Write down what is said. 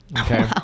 Okay